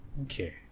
Okay